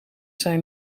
zijn